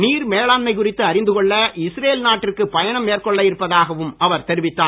நீர் மேலாண்மை குறித்து அறிந்து கொள்ள இஸ்ரேல் நாட்டிற்கு பயணம் மேற்கொள்ள இருப்பதாகவும் அவர் தெரிவித்தார்